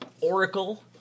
Oracle